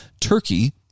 Turkey